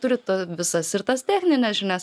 turi visas ir tas technines žinias